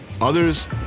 Others